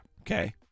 Okay